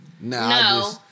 No